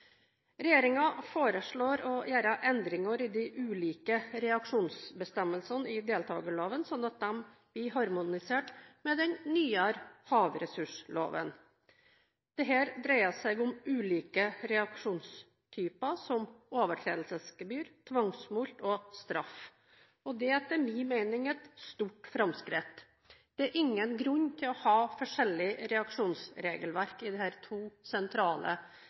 foreslår å gjøre endringer i de ulike reaksjonsbestemmelsene i deltakerloven, slik at de blir harmonisert med den nyere havressursloven. Dette dreier seg om ulike reaksjonstyper som overtredelsesgebyr, tvangsmulkt og straff. Dette er etter min mening et stort framskritt. Det er ingen grunn til å ha forskjellig reaksjonsregelverk i disse to sentrale